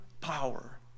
power